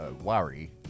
Worry